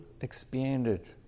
expanded